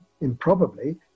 improbably